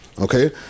okay